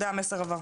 המסר עבר.